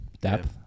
depth